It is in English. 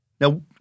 Now